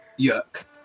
Yuck